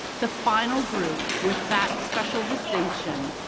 the final group with that special distinction,